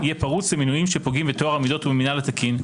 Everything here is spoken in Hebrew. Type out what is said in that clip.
יהיה פרוץ למינויים שפוגעים בטוהר המידות ובמנהל התקין,